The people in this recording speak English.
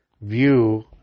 view